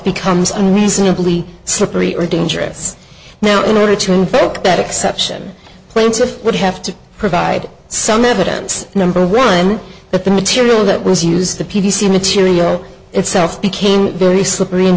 becomes unreasonably slippery or dangerous now in order to invoke that exception plaintiff would have to provide some evidence number one that the material that was used the p v c material itself became very slippery and